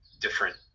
different